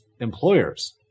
employers